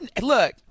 Look